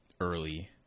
early